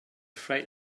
freight